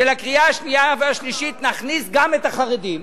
שבקריאה השנייה והשלישית נכניס גם את החרדים,